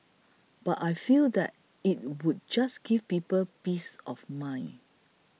but I feel that it would just give people peace of mind